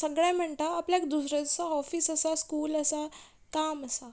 सगले म्हणटा आपल्याक दुसरे दिसा ऑफीस आसा स्कूल आसा काम आसा